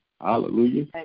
Hallelujah